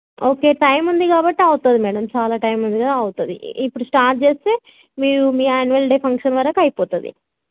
okay time ఉంది కాబట్టి అవుతుంది మేడం చాలా టైమ్ ఉంది కదా అవుతుంది ఇప్పుడు స్టార్ట్ చేస్తే మీరు మీ యాన్యువల్ డే ఫంక్షన్ వరకు అయిపోతుంది